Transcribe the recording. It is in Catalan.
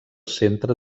centre